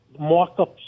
markups